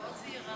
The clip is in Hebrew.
אני מאוד זהירה.